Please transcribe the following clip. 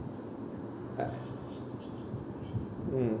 uh mm